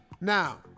Now